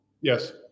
Yes